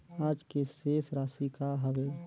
आज के शेष राशि का हवे?